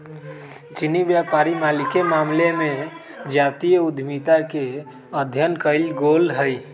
चीनी व्यापारी मालिके मामले में जातीय उद्यमिता के अध्ययन कएल गेल हइ